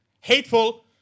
hateful